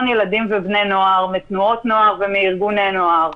ילדים ובני נוער מתנועות נוער ומארגוני נוער,